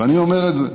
ואני אומר את זה,